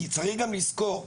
כי צריך גם לזכור,